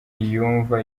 ntiyumva